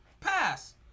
pass